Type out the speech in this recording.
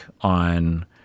on